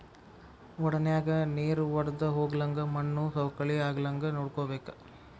ವಡನ್ಯಾಗ ನೇರ ವಡ್ದಹೊಗ್ಲಂಗ ಮಣ್ಣು ಸವಕಳಿ ಆಗ್ಲಂಗ ನೋಡ್ಕೋಬೇಕ